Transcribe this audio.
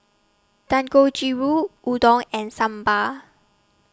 Dangojiru Udon and Sambar